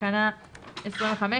תקנה 25,